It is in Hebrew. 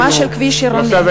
ברמה של כביש עירוני.